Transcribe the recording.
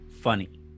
funny